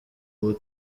ubu